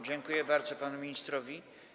Dziękuję bardzo panu ministrowi.